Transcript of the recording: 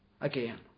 again